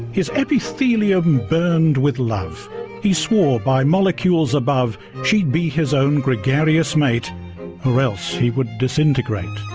his epithelium burned with love he swore by molecules above she'd be his own gregarious mate or else he would disintegrate.